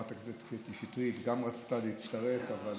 חברת הכנסת קטי שטרית גם רצתה להצטרף, אבל